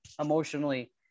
emotionally